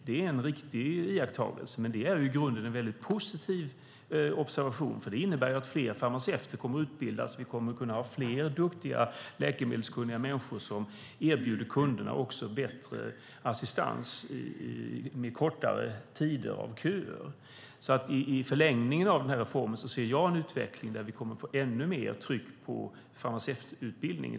Det är en riktig iakttagelse och i grunden en positiv observation. Det innebär nämligen att fler farmaceuter kommer att behöva utbildas. Vi kommer att ha fler duktiga, läkemedelskunniga människor som erbjuder kunderna bättre assistans och kortare kötider. I förlängningen av reformen ser jag därför en utveckling där vi kommer att få ännu högre tryck på farmaceututbildningen.